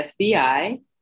FBI